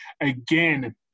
Again